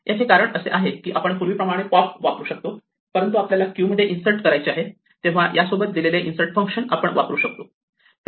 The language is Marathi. याचे कारण असे आहे कि आपण पूर्वीप्रमाणे पॉप वापरू शकतो परंतु आपल्याला क्यू मध्ये इन्सर्ट करायचे आहे तेव्हा यासोबत दिलेले इन्सर्ट फंक्शन आपण वापरू शकतो